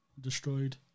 destroyed